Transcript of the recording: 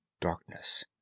darkness